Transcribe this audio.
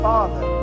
Father